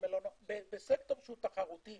בסקטור שהוא תחרותי